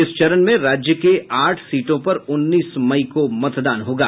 इस चरण में राज्य के आठ सीटों पर उन्नीस मई को मतदान होगा